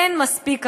אין מספיק אחיות.